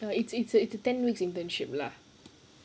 no it's it's a it's a ten weeks internship lah